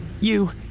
You